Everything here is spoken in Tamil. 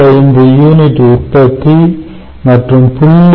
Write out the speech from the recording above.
5 யூனிட் உற்பத்தி மற்றும் 0